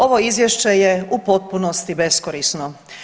Ovo izvješće je u potpunosti beskorisno.